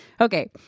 Okay